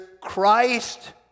Christ